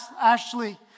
Ashley